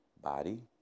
body